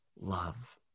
love